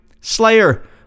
Slayer